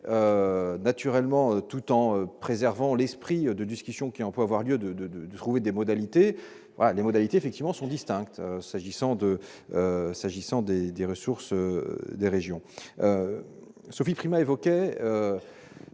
naturellement tout en préservant l'esprit de discussion qui on peut avoir lieu de, de, de, de trouver des modalités les modalités effectivement sont distinctes, s'agissant de s'agissant des des ressources des régions Sophie Primas évoquait